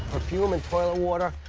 perfume and toilet water,